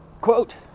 Quote